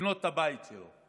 לבנות את הבית שלו.